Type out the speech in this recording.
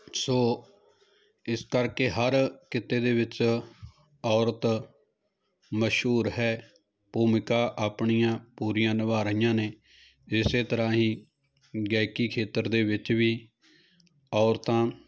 ਸੋ ਇਸ ਕਰਕੇ ਹਰ ਕਿੱਤੇ ਦੇ ਵਿੱਚ ਔਰਤ ਮਸ਼ਹੂਰ ਹੈ ਭੂਮਿਕਾ ਆਪਣੀਆਂ ਪੂਰੀਆਂ ਨਿਭਾ ਰਹੀਆਂ ਨੇ ਇਸੇ ਤਰ੍ਹਾਂ ਹੀ ਗਾਇਕੀ ਖੇਤਰ ਦੇ ਵਿੱਚ ਵੀ ਔਰਤਾਂ